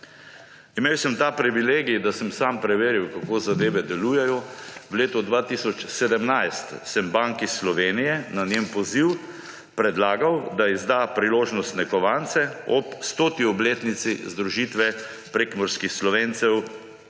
Imel sem ta privilegij, da sem sam preveril, kako zadeve delujejo. V letu 2017 sem Banki Slovenije na njen poziv predlagal, da izda priložnostne kovance ob 100. obletnici združitve prekmurskih Slovencev